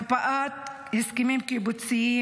הקפאת הסכמים קיבוציים.